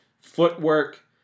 footwork